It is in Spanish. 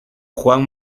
juan